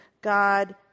God